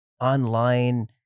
online